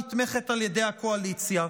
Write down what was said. הנתמכת על ידי הקואליציה.